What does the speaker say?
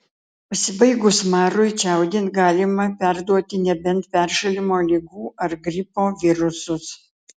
pasibaigus marui čiaudint galima perduoti nebent peršalimo ligų ar gripo virusus